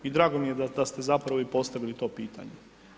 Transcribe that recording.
I drago mi je da ste zapravo i postavili to pitanje.